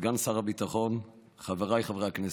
סגן שר הביטחון, חבריי חברי הכנסת,